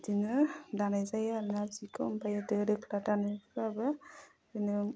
बिदिनो दानाय जायो आरो ना जिखौ ओमफ्रायो दो दोख्ला दानायफोराबो जेनो